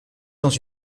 dans